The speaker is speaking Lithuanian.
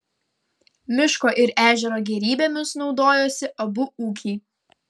miško ir ežero gėrybėmis naudojosi abu ūkiai